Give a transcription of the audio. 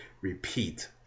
repeat